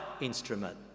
instrument